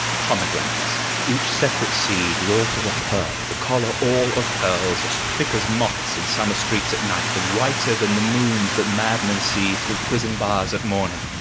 pomegranates each separate seed wrought of a pearl the collar all of pearls, as thick as moths in summer streets at night, and whiter than the moons that madmen see through prison bars at morning.